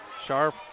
Sharp